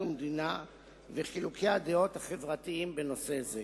ומדינה וחילוקי הדעות החברתיים בנושא זה.